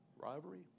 Rivalry